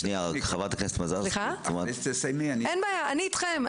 אין בעיה, אני איתכם.